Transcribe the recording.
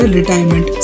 Retirement